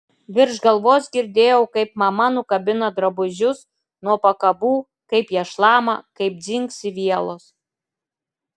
virš galvos girdėjau kaip mama nukabina drabužius nuo pakabų kaip jie šlama kaip dzingsi vielos